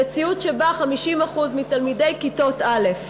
המציאות שבה 50% מתלמידי כיתות א'